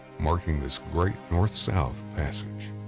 marking this great north south passage.